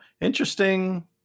interesting